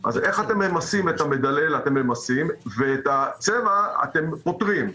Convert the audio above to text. איך אתם ממסים את המדלל, ואת הצבע אתם פוטרים?